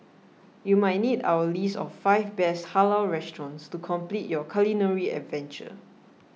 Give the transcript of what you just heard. you might need our list of five best halal restaurants to complete your culinary adventure